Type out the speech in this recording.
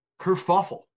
kerfuffle